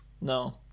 No